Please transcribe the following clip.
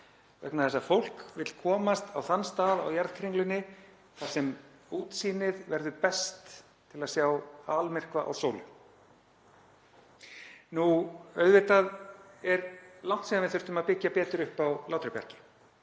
vegna þess að fólk vill komast á þann stað á jarðkringlunni þar sem útsýnið verður best til að sjá almyrkva á sólu. Auðvitað er langt síðan við hefðum þurft að byggja betur upp á Látrabjargi